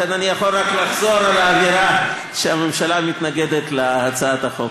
לכן אני יכול רק לחזור על האמירה שהממשלה מתנגדת להצעת החוק.